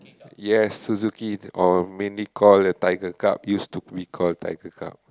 yes Suzuki or mainly called the Tiger-Cup used to recall Tiger-Cup